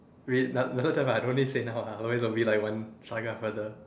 I don't need say now ah otherwise it will be like one saga further